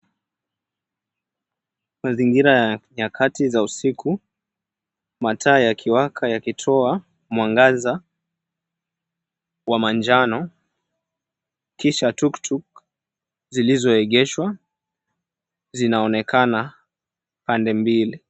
Mazingira nyakati za usiku mataa yakiwaka yakitoa mwangaza wa manjano kisha tukutuku zilizoegeshwa zinaonekana pande mbili.